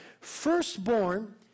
Firstborn